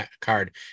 card